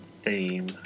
Theme